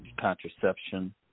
contraception